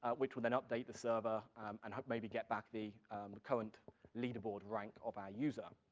which will then update the server and hope maybe get back the current leaderboard rank of our user.